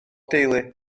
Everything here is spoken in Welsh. deulu